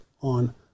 on